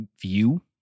view